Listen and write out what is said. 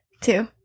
two